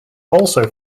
also